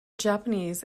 japanese